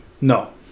No